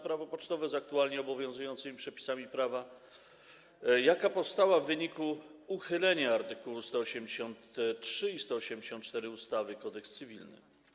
Prawo pocztowe z aktualnie obowiązującymi przepisami prawa, jaka powstała w wyniku uchylenia art. 183 i art. 184 ustawy Kodeks cywilny.